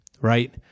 right